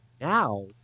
now